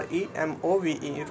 Remove